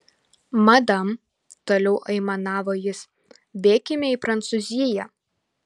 madam toliau aimanavo jis bėkime į prancūziją